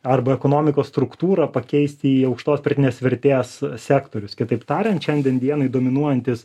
arba ekonomikos struktūrą pakeisti į aukštos pridėtinės vertės sektorius kitaip tariant šiandien dienai dominuojantis